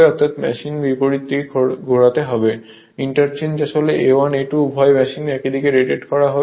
অর্থাৎ মেশিন বিপরীত দিক ঘোরাতে হবে ইন্টারচেঞ্জ অদল A1 A2 উভয় মেশিন একই দিকে রোটেট করবে